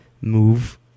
move